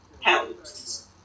helps